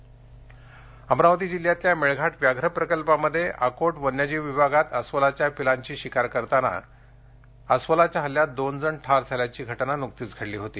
अरुवल शिकार अमरावती जिल्ह्यातल्या मेळघाट व्याघ्र प्रकल्पामध्ये आकोट वन्यजीव विभागात अस्वलाच्या पिल्लांची शिकार करताना अस्वलाच्या हल्ल्यात दोन जण ठार झाल्याची घटना नुकतीच घडली होती